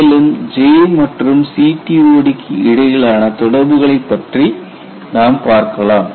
மேலும் J மற்றும் CTOD க்கு இடையிலான தொடர்புகளைப் பற்றி நாம் பார்க்கலாம்